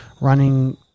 running